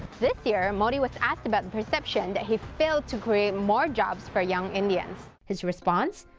this year, modi was asked about the perception that he failed to create more jobs for young indians. his response?